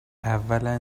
اولا